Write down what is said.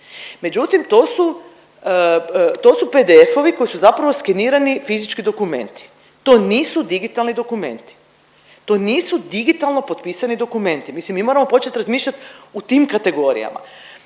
su, to su PDF-ovi koji su zapravo skenirani fizički dokumenti, to nisu digitalni dokumenti. To nisu digitalno potpisani dokumenti. Mislim mi moramo početi razmišljati u tim kategorijama.